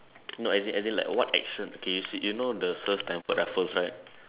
no as in as in like what action okay you see you know the sir Stamford Raffles right